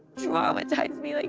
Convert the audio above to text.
you know traumatized me like,